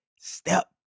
step